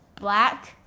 black